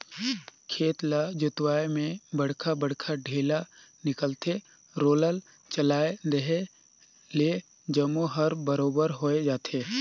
खेत ल जोतवाए में बड़खा बड़खा ढ़ेला निकलथे, रोलर चलाए देहे ले जम्मो हर बरोबर होय जाथे